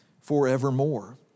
forevermore